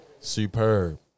Superb